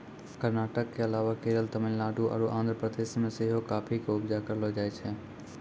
कर्नाटक के अलावा केरल, तमिलनाडु आरु आंध्र प्रदेश मे सेहो काफी के उपजा करलो जाय छै